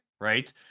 right